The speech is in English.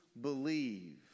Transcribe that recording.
believe